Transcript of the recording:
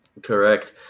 Correct